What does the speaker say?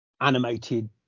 animated